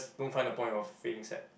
don't find the point of feeling sad